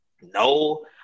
no